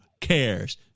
cares